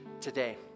today